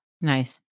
nice